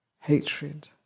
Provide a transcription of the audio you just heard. hatred